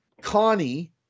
Connie